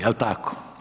Jel tako?